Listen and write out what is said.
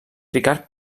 ricard